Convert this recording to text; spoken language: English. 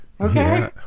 Okay